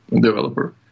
developer